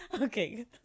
Okay